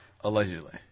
Allegedly